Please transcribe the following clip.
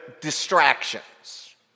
distractions